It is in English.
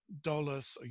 dollars